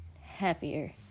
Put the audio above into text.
happier